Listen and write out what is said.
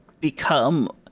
become